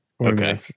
Okay